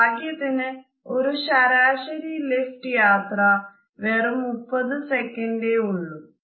ഭാഗ്യത്തിന് ഒരു ശരാശരി ലിഫ്റ്റ് യാത്ര വെറും 30 സെക്കന്റ് ഉള്ളു